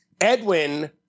Edwin